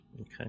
Okay